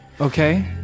Okay